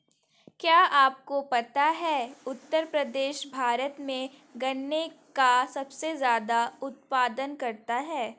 क्या आपको पता है उत्तर प्रदेश भारत में गन्ने का सबसे ज़्यादा उत्पादन करता है?